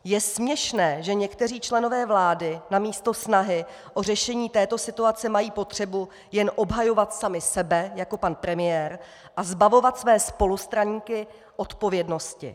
Je směšné, že někteří členové vlády namísto snahy o řešení této situace mají potřebu jen obhajovat sami sebe jako pan premiér a zbavovat své spolustraníky odpovědnosti!